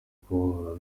kwibohora